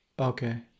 Okay